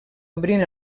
obrint